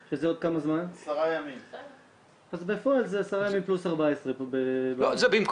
אז בפועל זה 10 ימים פלוס 14. חברים,